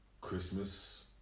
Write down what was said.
Christmas